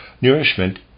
Nourishment